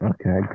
Okay